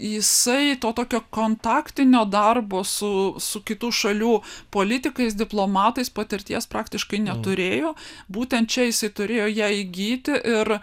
jisai to tokio kontaktinio darbo su su kitų šalių politikais diplomatais patirties praktiškai neturėjo būtent čia jisai turėjo ją įgyti ir